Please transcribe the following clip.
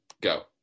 go